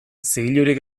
zigilurik